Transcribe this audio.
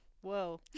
Whoa